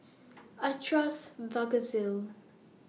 I Trust Vagisil